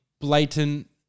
blatant